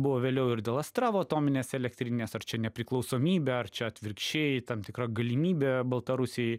buvo vėliau ir dėl astravo atominės elektrinės ar čia nepriklausomybė ar čia atvirkščiai tam tikra galimybė baltarusijai